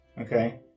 Okay